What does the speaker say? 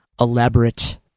elaborate